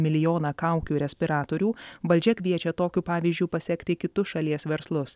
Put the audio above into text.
milijoną kaukių respiratorių valdžia kviečia tokiu pavyzdžiu pasekti kitus šalies verslus